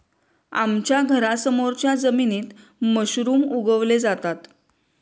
आमच्या घरासमोरच्या जमिनीत मशरूम उगवले जातात